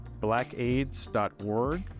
blackaids.org